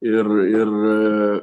ir ir